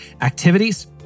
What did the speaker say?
activities